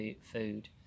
food